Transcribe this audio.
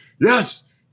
yes